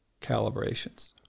calibrations